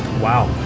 wow.